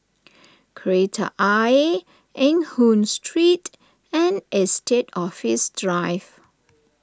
Kreta Ayer Eng Hoon Street and Estate Office Drive